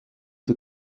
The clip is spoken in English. the